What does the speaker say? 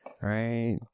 right